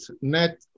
net